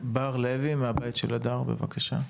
בר לוי מהבית של בר, בבקשה.